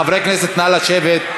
חברי הכנסת, נא לשבת.